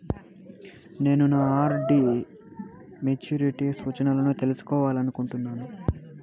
నేను నా RD maturity సూచనలను తెలుసుకోవాలనుకుంటున్నాను